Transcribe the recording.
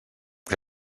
que